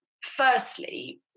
firstly